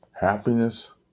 happiness